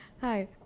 Hi